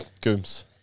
Gooms